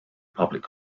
public